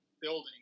building